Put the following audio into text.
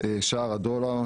שער הדולר,